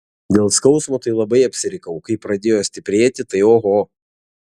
dėl skausmo tai labai apsirikau kai pradėjo stiprėti tai oho